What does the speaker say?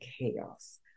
Chaos